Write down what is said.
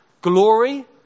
Glory